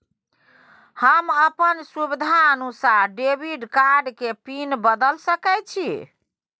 हम अपन सुविधानुसार डेबिट कार्ड के पिन बदल सके छि?